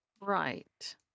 Right